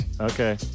okay